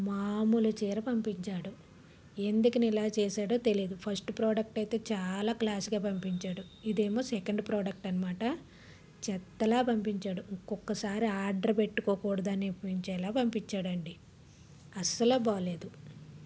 మామూలు చీర పంపించాడు ఎందుకని ఇలా చేశాడో తెలియదు ఫస్ట్ ప్రోడక్ట్ అయితే చాలా క్లాస్గా పంపించాడు ఇది ఏమో సెకండ్ ప్రోడక్ట్ అన్నమాట చెత్తలాగా పంపించాడు ఇంకొక్కసారి ఆర్డర్ పెట్టుకోకూడడు అనిపించేలాగా పంపించాడు అండి అసలు బాలేదు